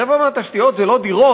רבע מהתשתיות זה לא דירות